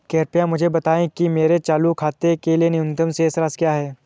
कृपया मुझे बताएं कि मेरे चालू खाते के लिए न्यूनतम शेष राशि क्या है?